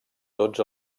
tots